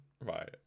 right